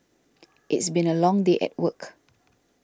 it's been a long day at work